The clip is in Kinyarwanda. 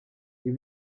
ibi